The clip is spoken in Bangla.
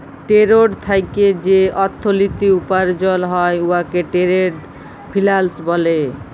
টেরেড থ্যাইকে যে অথ্থলিতি উপার্জল হ্যয় উয়াকে টেরেড ফিল্যাল্স ব্যলে